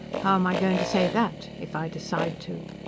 how am i going to say that if i decide to?